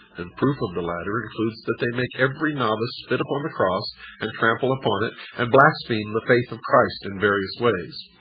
and proof of the latter includes that they make every novice spit upon the cross and trample upon it, and blaspheme the faith of christ in various ways.